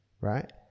right